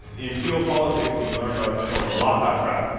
in geopolitics, you learn about something called the malacca trap,